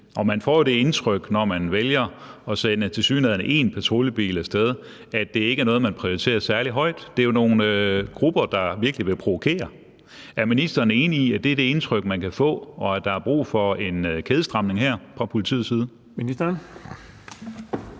man får jo det indtryk, når de vælger at sende tilsyneladende én patruljebil af sted, at det ikke er noget, der prioriteres særlig højt, for det er jo nogle grupper, der virkelig vil provokere. Er ministeren enig i, at det er det indtryk, man kan få, og at der er brug for en kædestramning her fra politiets side?